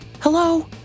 hello